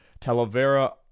Talavera